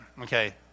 Okay